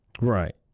Right